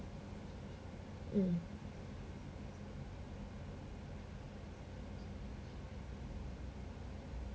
mm